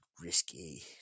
risky